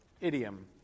idiom